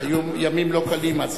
היו ימים לא קלים אז